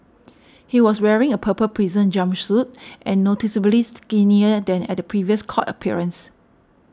he was wearing a purple prison jumpsuit and noticeably skinnier than at a previous court appearance